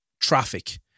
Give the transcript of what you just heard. traffic